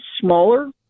smaller